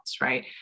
right